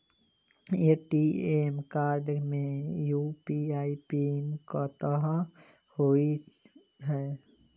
ATM card मे UPI PIN कतह होइ है?